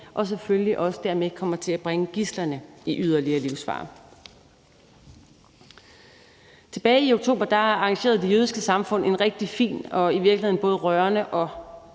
som selvfølgelig også dermed kommer til at bringe gidslerne i yderligere livsfare. Tilbage i oktober arrangerede Det Jødiske Samfund en rigtig fin og i virkeligheden både rørende og